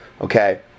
okay